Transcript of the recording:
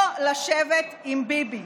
לא לשבת עם ביבי.